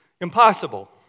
Impossible